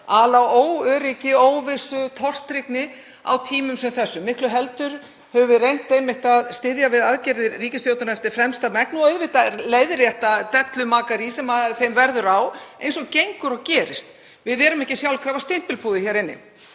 ala á óöryggi, óvissu og tortryggni á tímum sem þessum. Miklu heldur höfum við einmitt reynt að styðja við aðgerðir ríkisstjórnarinnar eftir fremsta megni og auðvitað leiðrétta dellumakarí sem þeim verður á eins og gengur og gerist. Við erum ekki sjálfkrafa stimpilpúði hér inni.